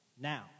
now